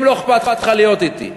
אם לא אכפת לך להיות אתי,